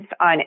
on